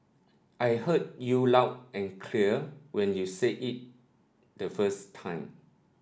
I heard you loud and clear when you said it the first time